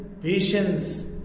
patience